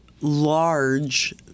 large